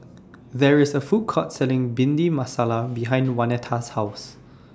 There IS A Food Court Selling Bhindi Masala behind Waneta's House